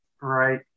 Right